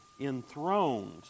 enthroned